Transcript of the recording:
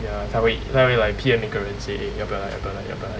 ya 他会 like P_M 每个人 say eh 要不要来要不要来